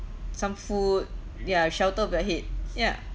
some food ya shelter of your head yeah